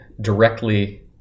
directly